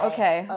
Okay